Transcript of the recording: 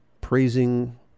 praising